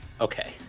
Okay